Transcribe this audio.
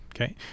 okay